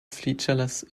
featureless